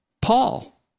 Paul